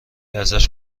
ازش